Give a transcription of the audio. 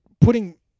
putting